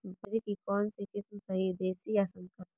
बाजरे की कौनसी किस्म सही हैं देशी या संकर?